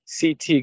ct